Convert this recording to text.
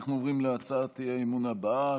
אנחנו עוברים להצעת האי-אמון הבאה,